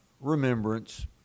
remembrance